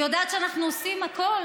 היא יודעת שאנחנו עושים הכול.